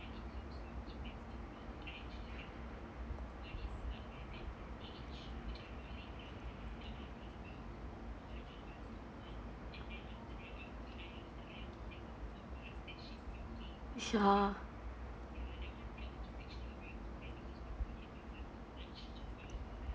sure